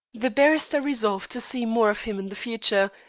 the barrister resolved to see more of him in the future,